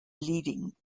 bleeding